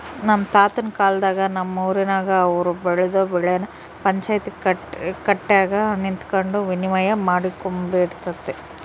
ನಮ್ ತಾತುನ್ ಕಾಲದಾಗ ನಮ್ ಊರಿನಾಗ ಅವ್ರು ಬೆಳ್ದ್ ಬೆಳೆನ ಪಂಚಾಯ್ತಿ ಕಟ್ಯಾಗ ನಿಂತಕಂಡು ವಿನಿಮಯ ಮಾಡಿಕೊಂಬ್ತಿದ್ರಂತೆ